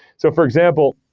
so, for example,